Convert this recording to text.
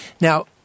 Now